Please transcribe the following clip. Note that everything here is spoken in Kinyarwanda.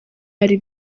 ari